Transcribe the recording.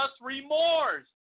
remorse